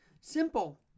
Simple